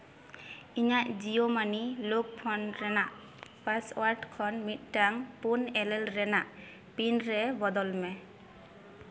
ᱤᱧᱟᱹᱜ Jio money lock phone ᱨᱮᱱᱟᱜ password ᱠᱷᱚᱱ ᱢᱤᱫᱴᱟᱝ ᱯᱩᱱ ᱮᱞ ᱮᱞ ᱨᱮᱱᱟᱜ ᱯᱤᱱ ᱨᱮ ᱵᱚᱫᱚᱞ ᱢᱮ